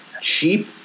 cheap